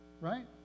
Right